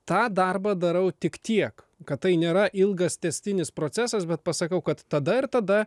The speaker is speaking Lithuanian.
tą darbą darau tik tiek kad tai nėra ilgas tęstinis procesas bet pasakau kad tada ir tada